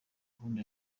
gahunda